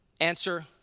Answer